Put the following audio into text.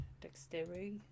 Dexterity